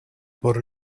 por